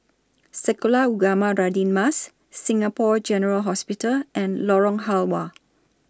Sekolah Ugama Radin Mas Singapore General Hospital and Lorong Halwa